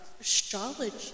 astrology